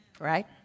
Right